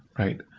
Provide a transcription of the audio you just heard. right?